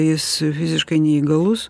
jis fiziškai neįgalus